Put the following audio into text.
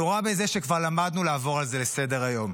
נורא בזה שכבר למדנו לעבור על זה לסדר-היום,